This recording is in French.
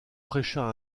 prêcha